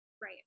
right